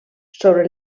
sobre